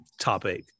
topic